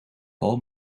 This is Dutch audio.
paul